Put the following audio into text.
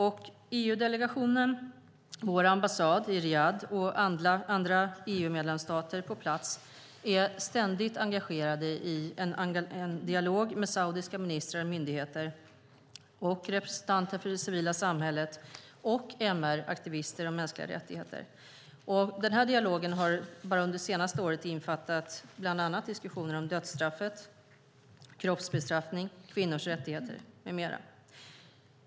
EU-delegationen, vår ambassad i Riyadh och andra EU-medlemsstater på plats är ständigt engagerade i en dialog med saudiska ministrar och myndigheter, representanter för det civila samhället och MR-aktivister. Dialogen har under det senaste året innefattat diskussioner om dödsstraffet, kroppsbestraffning, kvinnors rättigheter med mera.